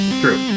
true